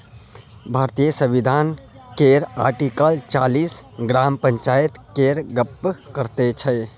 भारतीय संविधान केर आर्टिकल चालीस ग्राम पंचायत केर गप्प करैत छै